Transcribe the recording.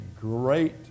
great